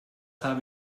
habe